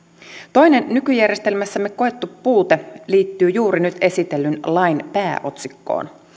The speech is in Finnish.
toinen nykyjärjestelmässämme koettu puute liittyy juuri nyt esitellyn lain pääotsikkoon